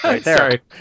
Sorry